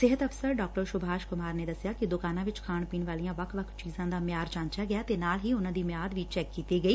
ਸਿਹਤ ਅਫ਼ਸਰ ਡਾ ਸੁਭਾਸ਼ ਕੁਮਾਰ ਨੇ ਦਸਿਆ ਕਿ ਦੁਕਾਨਾਂ ਵਿਚ ਖਾਣ ਪੀਣ ਵਾਲੀਆਂ ਵੱਖ ਵੱਖ ਚੀਜ਼ਾਂ ਦਾ ਮਿਆਰ ਜਾਂਚਿਆ ਗਿਆ ਤੇ ਨਾਲ ਹੀ ਉਨਾਂ ਦੀ ਮਿਆਦ ਚੈੱਕ ਕੀਤੀ ਗਈ